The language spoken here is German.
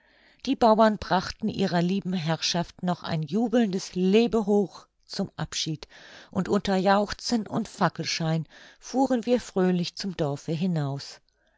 die bauern brachten ihrer lieben herrschaft noch ein jubelndes lebehoch zum abschied und unter jauchzen und fackelschein fuhren wir fröhlich zum dorfe hinaus